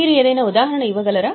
మీరు ఏదైనా ఉదాహరణ ఇవ్వగలరా